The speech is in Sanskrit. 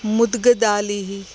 मुद्गदालिः